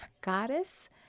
goddess